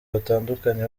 batandukanye